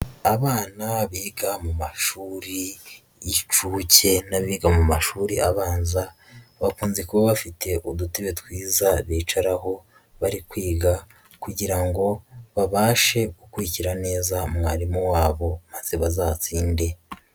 Abana biga mu mashuri y'inshuke n'abiga mu mashuri abanza, bakunze kuba bafite udutibe twiza bicaraho bari kwiga kugira ngo babashe gukurikira neza mwarimu wabo maze bazatsinde.